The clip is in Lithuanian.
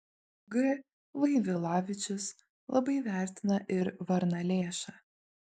g vaivilavičius labai vertina ir varnalėšą